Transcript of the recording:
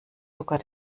sogar